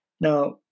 Now